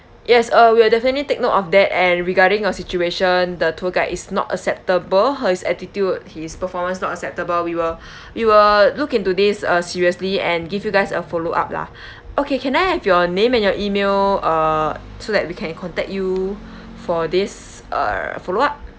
yes uh we'll definitely take note of that and regarding your situation the tour guide is not acceptable his attitude his performance not acceptable we will we will look into this uh seriously and give you guys a follow up lah okay can I have your name and your email uh so that we can contact you for this uh follow up